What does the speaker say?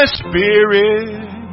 spirit